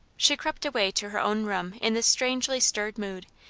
she crept away to her own room in this strangely stirred mood,